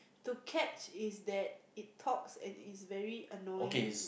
to catch is that it talks and is very annoying